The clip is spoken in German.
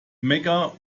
mega